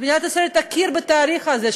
שמדינת ישראל תכיר בתאריך הזה,